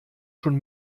schon